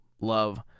love